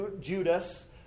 Judas